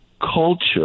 culture